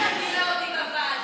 אתה תראה אותי בוועדה.